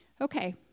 Okay